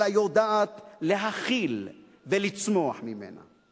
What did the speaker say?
אלא יודעת להכיל ולצמוח ממנה.